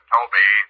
Toby